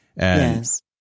Yes